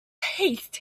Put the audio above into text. haste